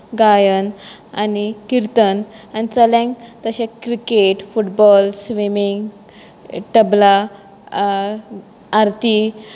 गायन आनी किर्तन आनी चल्यांक तशें क्रिकेट फुटबॉल स्विमिंग तबला आर्थी